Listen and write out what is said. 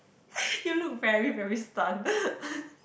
you look very very stunned